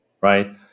right